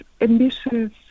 ambitious